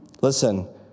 Listen